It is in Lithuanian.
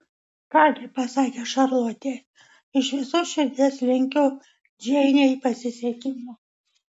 ką gi pasakė šarlotė iš visos širdies linkiu džeinei pasisekimo